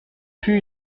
fut